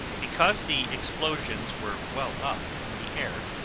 because the explosions were well up in the air,